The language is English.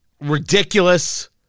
ridiculous